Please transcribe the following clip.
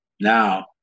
now